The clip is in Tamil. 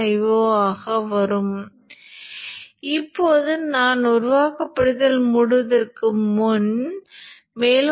Ts க்குள் இது ஜூல்களில் உள்ள ஆற்றல்